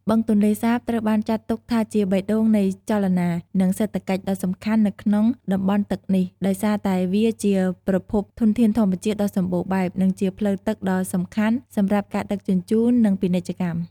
បឹងទន្លេសាបត្រូវបានចាត់ទុកថាជា បេះដូងនៃចលនា និងសេដ្ឋកិច្ច ដ៏សំខាន់នៅក្នុងតំបន់ទឹកនេះ ដោយសារតែវាជាប្រភពធនធានធម្មជាតិដ៏សម្បូរបែប និងជាផ្លូវទឹកដ៏សំខាន់សម្រាប់ការដឹកជញ្ជូន និងពាណិជ្ជកម្ម។